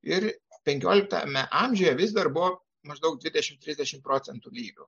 ir penkioliktame amžiuje vis dar buvo maždaug dvidešimt trisdešimt procentų lyvių